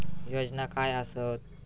योजना काय आसत?